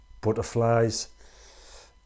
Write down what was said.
butterflies